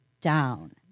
down